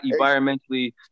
environmentally